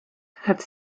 have